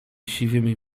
siwymi